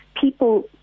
people